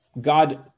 God